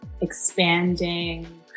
expanding